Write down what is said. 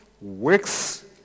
works